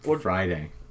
Friday